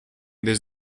this